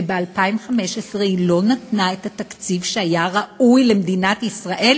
כי ב-2015 היא לא נתנה את התקציב שהיה ראוי למדינת ישראל,